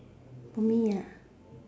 for me